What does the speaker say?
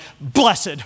blessed